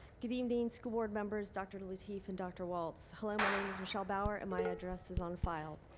good evening school board members dr. lateef and dr. walts. hello, my name is michelle bauer and my address is on file.